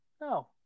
No